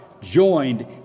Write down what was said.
joined